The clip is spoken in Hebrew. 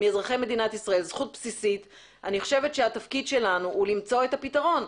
מאזרחי מדינת ישראל זכות בסיסית התפקיד שלנו הוא למצוא את הפתרון.